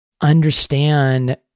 understand